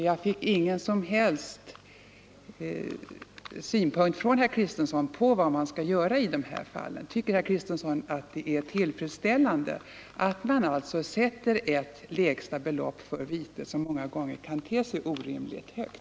Herr Kristenson lade inte fram någon som helst synpunkt på vad man skall göra i de här fallen. Tycker herr Kristenson att det är tillfredsställande att sätta ett lägsta belopp för vite, som många gånger kan te sig orimligt högt?